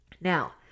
Now